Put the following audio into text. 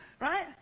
right